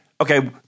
okay